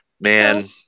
man